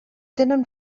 tenen